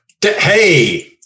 hey